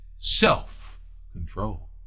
self-control